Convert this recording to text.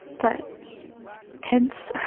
but tense.